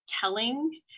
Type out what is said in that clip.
telling